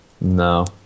No